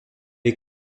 est